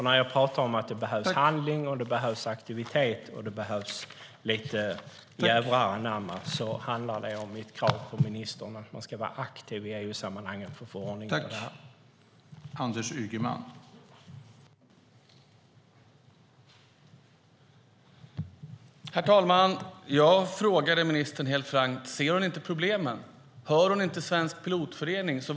När jag pratar om att det behövs handling, aktivitet och lite jädrar anamma handlar det om mitt krav på ministern att man ska vara aktiv i EU-sammanhang för att få ordning på detta.